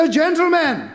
gentlemen